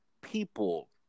people